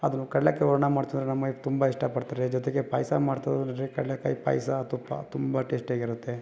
ಅದು ಕಡ್ಲೆಕಾಯಿ ಹೂರ್ಣ ಮಾಡ್ತಿವಂದ್ರೆ ನಮ್ಮ ವೈಫ್ ತುಂಬ ಇಷ್ಟಪಡ್ತಾರೆ ಜೊತೆಗೆ ಪಾಯಸ ಮಾಡಿತು ಅಂದರೆ ಕಡ್ಲೆಕಾಯಿ ಪಾಯಸ ತುಪ್ಪ ತುಂಬ ಟೇಶ್ಟಿಯಾಗಿರುತ್ತೆ